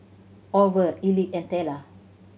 Orval Elick and Tella